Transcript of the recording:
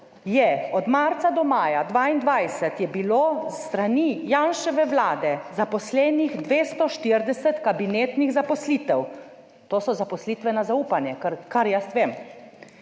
je od marca do maja 2022, je bilo s strani Janševe vlade zaposlenih 240 kabinetnih zaposlitev - to so zaposlitve na zaupanje, kar jaz vem.